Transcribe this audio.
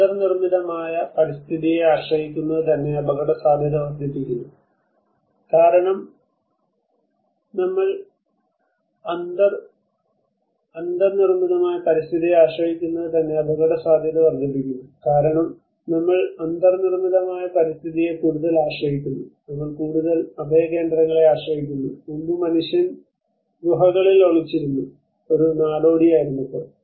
അന്തർനിർമ്മിതമായ പരിസ്ഥിതിയെ ആശ്രയിക്കുന്നത് തന്നെ അപകടസാധ്യത വർദ്ധിപ്പിക്കുന്നു കാരണം നമ്മൾ അന്തർനിർമ്മിതമായ പരിസ്ഥിതിയെ കൂടുതൽ ആശ്രയിക്കുന്നു നമ്മൾ കൂടുതൽ അഭയകേന്ദ്രങ്ങളെ ആശ്രയിക്കുന്നു മുമ്പ് മനുഷ്യൻ ഗുഹകളിൽ ഒളിച്ചിരുന്നു ഒരു നാടോടിയായിരുന്നപ്പോൾ